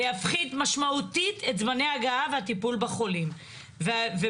זה יפחית משמעותית את זמני ההגעה והטיפול בחולים ובוודאי